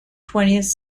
twentieth